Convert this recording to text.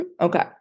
okay